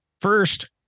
first